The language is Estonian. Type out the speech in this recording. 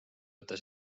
võtta